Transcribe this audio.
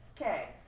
Okay